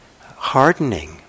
hardening